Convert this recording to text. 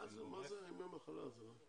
מה זה ימי המחלה הזה?